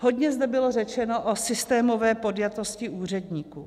Hodně zde bylo řečeno o systémové podjatosti úředníků.